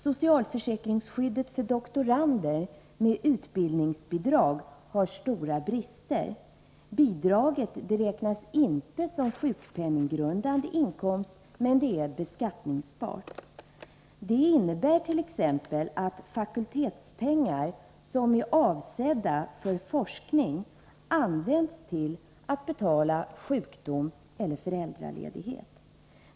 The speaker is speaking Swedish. Socialförsäkringsskyddet för doktorander med utbildningsbidrag har stora brister. Bidraget räknas inte som sjukpenninggrundande inkomst men är dock beskattningsbart. Det innebär t.ex. att fakultetspengar som är avsedda för forskning används till att betala ledighet vid sjukdom eller föräldraledighet.